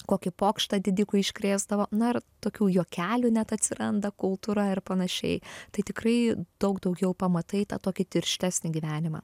kokį pokštą didikui iškrėsdavo na ir tokių juokelių net atsiranda kultūra ir panašiai tai tikrai daug daugiau pamatai tą tokį tirštesnį gyvenimą